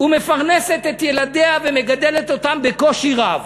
ומפרנסת את ילדיה ומגדלת אותם בקושי רב.